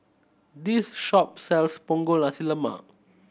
this shop sells Punggol Nasi Lemak